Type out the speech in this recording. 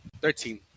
Thirteen